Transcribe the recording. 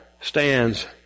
stands